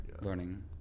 learning